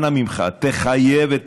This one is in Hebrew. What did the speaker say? אנא ממך, תחייב את